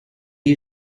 you